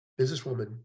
businesswoman